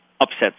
upsets